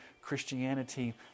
Christianity